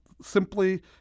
simply